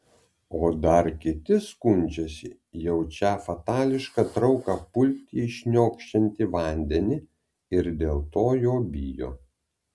o dar kiti skundžiasi jaučią fatališką trauką pulti į šniokščiantį vandenį ir dėl to jo bijo